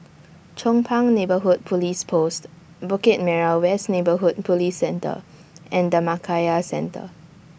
Chong Pang Neighbourhood Police Post Bukit Merah West Neighbourhood Police Centre and Dhammakaya Centre